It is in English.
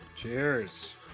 Cheers